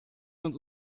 uns